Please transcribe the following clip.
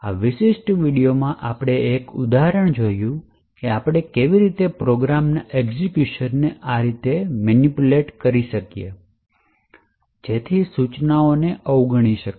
આ વિશિષ્ટ વિડિઓમાં આપણે એક ઉદાહરણ જોયું છે કે આપણે કેવી રીતે પ્રોગ્રામના એક્ઝેક્યુશનને આ રીતે મેનુપૂલેટે કરી શકીએ જેથી સૂચનાને અવગણી શકાય